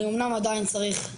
אני אומנם עדיין צריך,